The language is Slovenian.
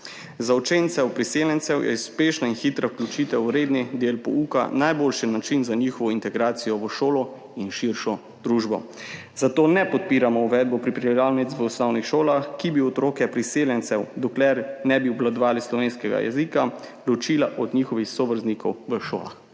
Za učence priseljencev je uspešna in hitra vključitev v redni del pouka najboljši način za njihovo integracijo v šolo in širšo družbo, zato ne podpiramo uvedbe pripravljalnic v osnovnih šolah, ki bi otroke priseljencev, dokler ne bi obvladovali slovenskega jezika, ločila od njihovih sovrstnikov v šolah.